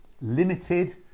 limited